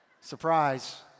surprise